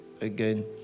again